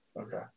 Okay